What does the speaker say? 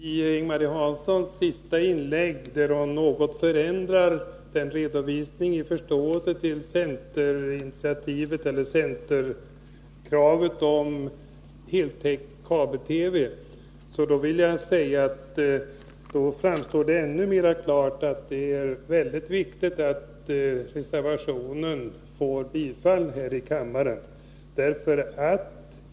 Herr talman! Ing-Marie Hansson förändrar inte på något sätt i sitt senaste inlägg sin redovisning för förståelse för centerns krav på ett heltäckande kabelnät för TV. Då framstår det ännu mera angeläget att vår reservation får bifall här i kammaren.